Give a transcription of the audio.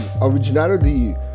originality